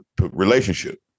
relationship